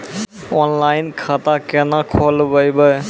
Online खाता केना खोलभैबै?